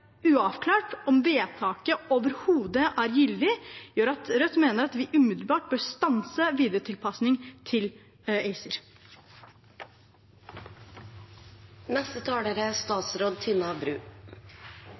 uavklart om vedtaket overhodet er gyldig, gjør at Rødt mener at vi umiddelbart bør stanse videre tilpasning til ACER. Nok en gang er